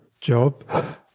job